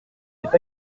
est